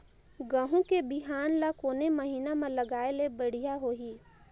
गहूं के बिहान ल कोने महीना म लगाय ले बढ़िया होही?